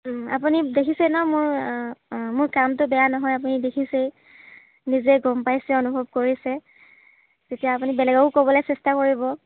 আপুনি দেখিছেই ন মোৰ মোৰ কামটো বেয়া নহয় আপুনি দেখিছেই নিজে গম পাইছে অনুভৱ কৰিছে তেতিয়া আপুনি বেলেগকো ক'বলৈ চেষ্টা কৰিব